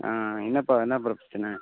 ஆ என்னப்பா என்ன பிரச்சனை